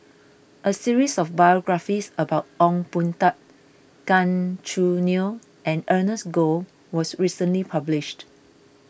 a series of biographies about Ong Boon Tat Gan Choo Neo and Ernest Goh was recently published